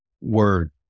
word